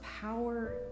power